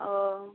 औ